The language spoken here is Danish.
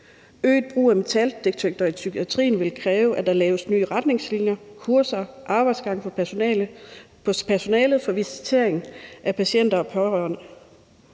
Øget brug af metaldetektorer i psykiatrien vil kræve, at der laves nye retningslinjer, kurser og arbejdsgange for personalet i visiteringen af patienter og pårørende.